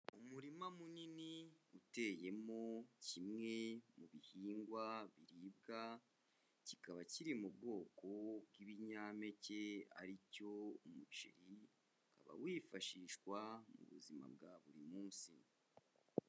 Umurima munini uteyemo kimwe mu bihingwa biribwa, kikaba kiri mu bwoko bw'ibinyampeke ari cyo umuceri, ukaba wifashishwa mu buzima bwa buri munsi.